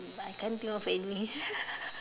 I can't think of any